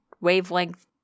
wavelength